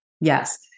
Yes